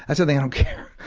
that's the thing i don't care.